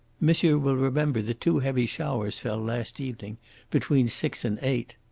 monsieur will remember that two heavy showers fell last evening between six and eight.